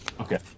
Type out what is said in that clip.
Okay